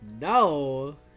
No